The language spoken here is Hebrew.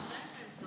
אשריכם.